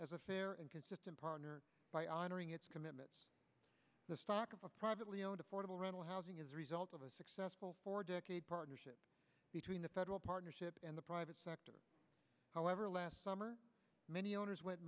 as a fair and consistent partner by honoring its commitments the stock of a privately owned affordable rental housing is the result of a successful four decade partnership between the federal partnership and the private sector however last summer many owners went